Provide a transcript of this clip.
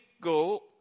go